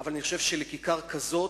אבל אני חושב שבכיכר כזו,